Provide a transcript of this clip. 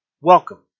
Welcome